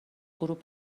غروب